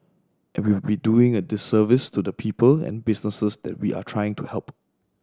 and we will be doing a disservice to the people and businesses that we are trying to help